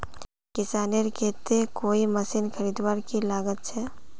किसानेर केते कोई मशीन खरीदवार की लागत छे?